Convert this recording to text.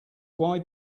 why